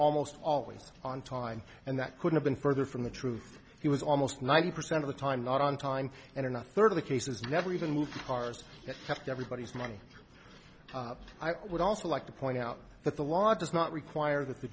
almost always on time and that could have been further from the truth he was almost ninety percent of the time not on time and or not a third of the cases never even move cars that have to everybody's money i would also like to point out that the law does not require that the